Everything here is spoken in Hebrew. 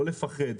לא לפחד.